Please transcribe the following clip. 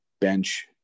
bench